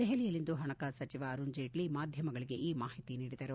ದೆಹಲಿಯಲ್ಲಿಂದು ಹಣಕಾಸು ಸಚಿವ ಅರುಣ್ ಜೇಟ್ಟ ಮಾಧ್ವಮಗಳಿಗೆ ಈ ಮಾಹಿತಿ ನೀಡಿದರು